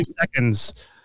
seconds